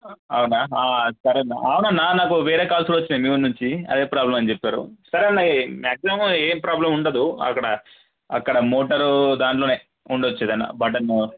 అవునా సరే అన్న అవునన్న నాకు వేరే కాల్స్ కూడా వచ్చినాయి మీ ఊరు నుంచి అదే ప్రాబ్లమ్ అని చెప్పారు సరే అన్న మ్యాగ్జిమమ్ ఏం ప్రాబ్లమ్ ఉండదు అక్కడ అక్కడ మోటరు దానిలోనే ఉండచ్చు ఏదన్నా బటన్